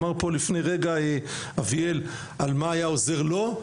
אמר פה לפני רגע אריאל על מה היה עוזר לו,